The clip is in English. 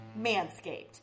manscaped